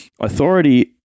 Authority